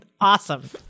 Awesome